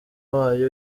wayo